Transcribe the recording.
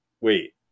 Wait